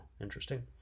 interesting